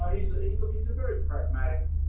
ah he's ah a but he's a very pragmatic